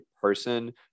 person